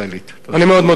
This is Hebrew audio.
אני מאוד מודה לך, אדוני.